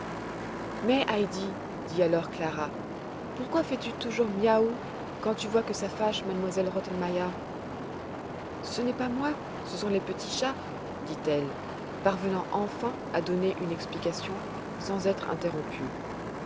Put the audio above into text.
mais heidi dit alors clara pourquoi fais-tu toujours miaou quand tu vois que ça fâche m elle rottenmeier ce n'est pas moi ce sont les petits chats dit-elle parvenant enfin à donner une explication sans être interrompue